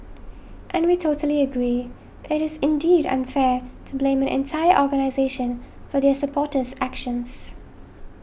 and we totally agree it is indeed unfair to blame an entire organisation for their supporters actions